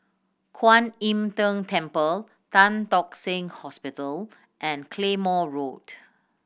Kwan Im Tng Temple Tan Tock Seng Hospital and Claymore Road